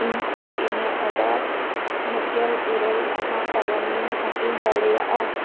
ᱤᱧ ᱠᱤ ᱤᱧᱟᱹᱜ ᱚᱰᱟᱨ ᱢᱤᱫ ᱜᱮᱞ ᱤᱨᱟᱹᱞ ᱢᱟᱦᱟ ᱛᱟᱭᱚᱢᱤᱧ ᱦᱟᱹᱴᱤᱧ ᱫᱟᱲᱮᱭᱟᱜᱼᱟ